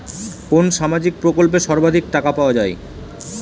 কোন সামাজিক প্রকল্পে সর্বাধিক টাকা পাওয়া য়ায়?